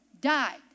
died